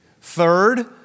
Third